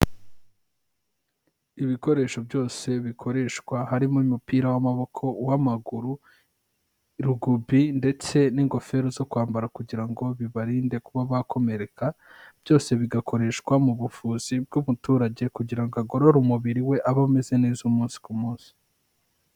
Ibikoresho byose bikoreshwa, harimo umupira w'amaboko, uw'amaguru, rugubi ndetse n'ingofero zo kwambara kugira ngo bibarinde kuba bakomereka, byose bigakoreshwa mu buvuzi bw'umuturage kugira ngo agorore umubiri we, aba ameze neza umunsi ku munsi.